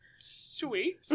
Sweet